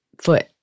foot